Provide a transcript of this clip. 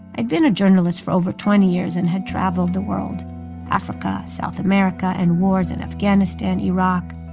i'd been a journalist for over twenty years and had traveled the world africa, south america and wars in afghanistan, iraq.